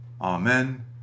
Amen